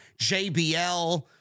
JBL